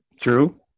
True